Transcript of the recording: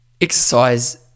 exercise